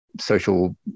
social